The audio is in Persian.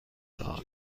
داد